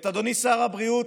ואת אדוני שר הבריאות,